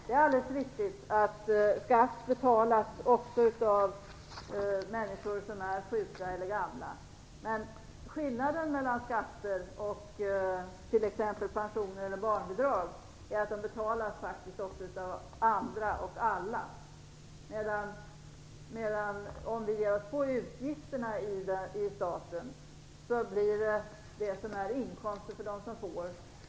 Det är alldeles riktigt att skatt också betalas av människor som är sjuka eller gamla. Men skillnaden mellan skatter och t.ex. pensioner och barnbidrag är att de även betalas av alla. Om vi ger oss på utgifterna i staten blir dessa utgifter det som är inkomster för dem som får.